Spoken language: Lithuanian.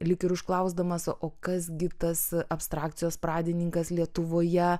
lyg ir užklausdamas o kas gi tas abstrakcijos pradininkas lietuvoje